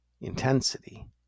intensity